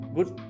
Good